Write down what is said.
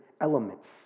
elements